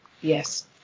Yes